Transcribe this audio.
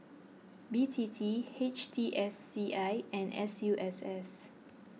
B T T H T S C I and S U S S